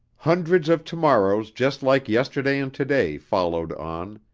hundreds of tomorrows just like yesterday and today followed on,